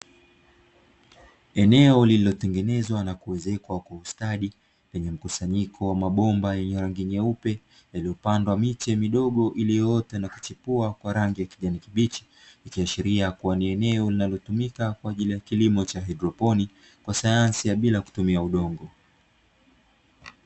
Eneo lilotengenezwa na kuwezekwa kwa ustadi lenye mkusanyiko wa mabomba yenye rangi nyeupe, yaliyopandwa miche midogo iliyo yote na kuchipua kwa rangi ya kijani kibichi. Ikiashiria hiyo kutumika kwa ajili ya kilimo cha haidroponi kwa sayansi ya bila kutumia udongo.